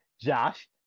Josh